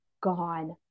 gone